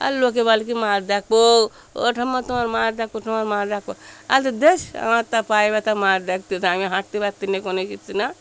আর লোকে বলে কী মাছ দেখব ও ঠাম্মা তোমার মাছ দেখব তোমার মাছ দেখব আর তো ধুস আমার তা পায়ে ব্যথা মাছ দেখতে চায় আমি হাঁটতে পারছি না কোনো কিচ্ছু না